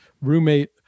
roommate